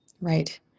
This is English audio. Right